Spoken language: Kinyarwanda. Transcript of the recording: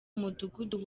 mudugudu